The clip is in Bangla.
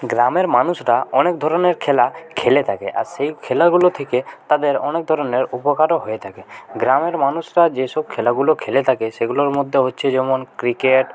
গ্রামের মানুষরা অনেক ধরনের খেলা খেলে থাকে আর সেই খেলাগুলো থেকে তাদের অনেক ধরনের উপকারও হয়ে থাকে গ্রামের মানুষরা যে সব খেলাগুলো খেলে থাকে সেগুলোর মধ্যে হচ্ছে যেমন ক্রিকেট